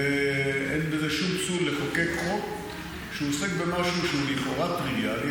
ואין שום פסול לחוקק חוק שעוסק במשהו שהוא לכאורה טריוויאלי,